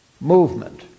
movement